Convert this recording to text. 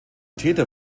täter